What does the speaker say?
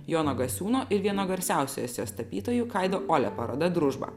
jono gasiūno ir vieno garsiausių estijos tapytojų kaido ole paroda družba